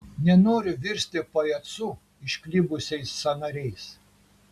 nenoriu virsti pajacu išklibusiais sąnariais